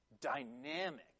dynamic